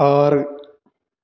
ആറ്